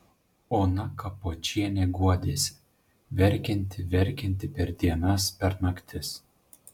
ona kapočienė guodėsi verkianti verkianti per dienas per naktis